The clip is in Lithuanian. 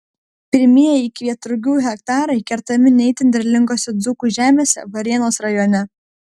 pirmieji kvietrugių hektarai kertami ne itin derlingose dzūkų žemėse varėnos rajone